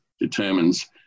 determines